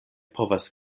povas